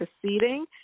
proceeding